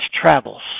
travels